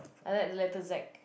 I like the letter Z